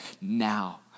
now